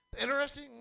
interesting